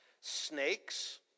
Snakes